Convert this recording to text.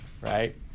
right